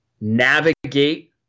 navigate